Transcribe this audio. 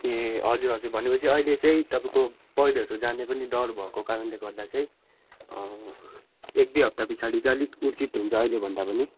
ए हजुर हजुर भनेपछि अहिले चाहिँ तपाईँको पैह्रोहरू जाने पनि डर भएको कारणले गर्दा चाहिँ एक दुई हप्ता पिछाडि चाहिँ अलिक उचित हुन्छ अहिलेभन्दा पनि